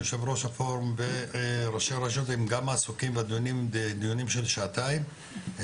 יו"ר הפורום וראשי הרשויות הם גם עסוקים בדיונים של שעתיים,